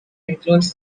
includes